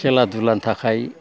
खेला दुलानि थाखाय